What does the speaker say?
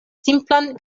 simplan